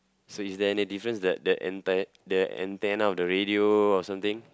so is there any difference the the ante~ the antenna of the radio or something